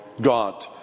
God